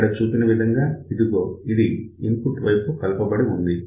ఇక్కడ చూపిన విధంగా ఇదిగో ఇది ఇన్పుట్ వైపు కలపబడి ఉంది